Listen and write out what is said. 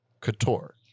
Couture